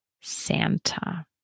Santa